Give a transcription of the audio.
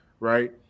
right